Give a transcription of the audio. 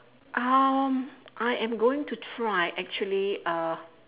um I am going to try actually uh